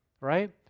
Right